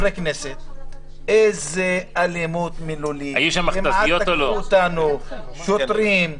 איזו אלימות מילולית, כמעט תקפו אותנו שוטרים.